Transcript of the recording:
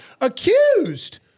accused